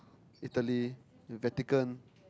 Italy the Vatican